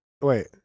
Wait